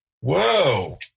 whoa